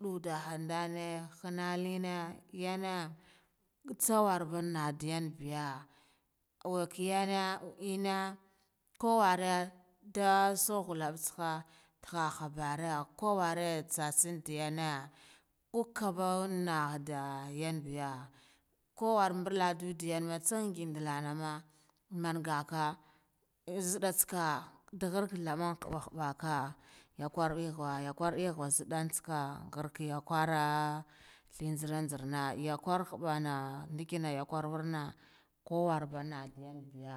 dadahan done hana nele yane ntsawaden nade yanbiya wakiyane enna kwaware ndasu khulab tsaka ndaghaha nbare kuware tsatsen deyane, ukan ban naha yanbiya kuwor mbuladu diyar tsan njindala nama mangakah nzidda tsaka ndaghar kalthma hubba hubba tsaka yakwar egg ghau yakwar egghau nziddor tsaka ngig yakwara lith nthiran ntsara yikwor ndikino hubbana enna, yakwor worna kwawu enna biyan biya